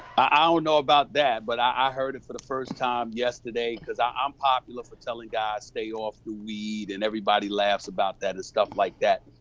i don't know about that, but i heard it for the first time yesterday, cause i'm um popular for telling guys, stay off the weed and everybody laughs about that and stuff like that.